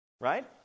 Right